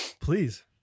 Please